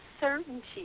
certainty